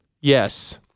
Yes